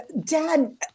dad